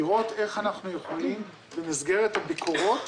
לראות איך אנחנו יכולים במסגרת הביקורות